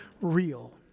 real